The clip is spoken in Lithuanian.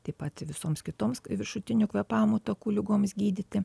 taip pat visoms kitoms viršutinių kvėpavimo takų ligoms gydyti